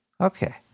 Okay